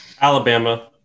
Alabama